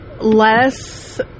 less